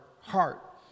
heart